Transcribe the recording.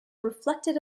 reflected